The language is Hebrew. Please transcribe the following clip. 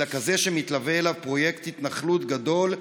אלא כזה שמתלווה אליו פרויקט התנחלות גדול,